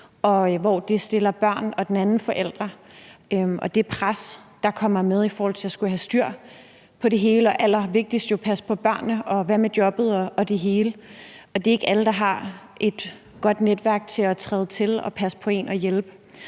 hvor det stiller børnene og den anden forælder, og hvilket pres det kommer med i forhold til at skulle have styr på det hele og allervigtigst jo passe på børnene – og hvad med jobbet og det hele? Det er ikke alle, der har et godt netværk, der kan træde til og passe på en og hjælpe.